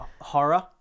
horror